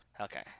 okay